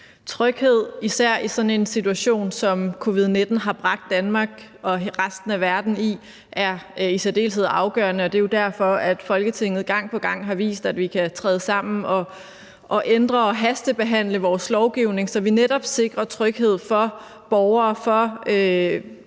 Tryghed især i en sådan situation, som covid-19 har bragt Danmark og resten af verden i, er i særdeleshed afgørende. Det er jo derfor, at Folketinget gang på gang har vist, at vi kan træde sammen og ændre og hastebehandle vores lovgivning, så vi netop sikrer tryghed for personalet,